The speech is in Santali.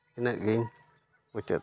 ᱤᱱᱟᱹᱜ ᱜᱮᱧ ᱢᱩᱪᱟᱹᱫ ᱫᱟ